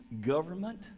government